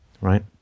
Right